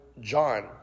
John